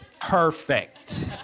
Perfect